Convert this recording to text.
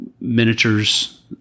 miniatures